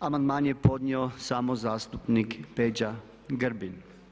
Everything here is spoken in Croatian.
amandman je podnio samo zastupnik Peđa Grbin.